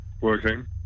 Working